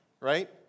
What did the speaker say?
right